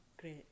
Great